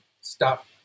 stop